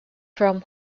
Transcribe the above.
from